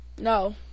No